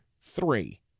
three